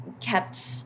kept